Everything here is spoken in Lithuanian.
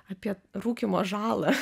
apie rūkymo žalą